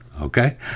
okay